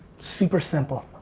super simple.